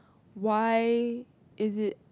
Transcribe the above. why is it